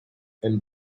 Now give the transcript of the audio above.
and